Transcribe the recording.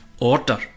order